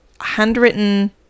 handwritten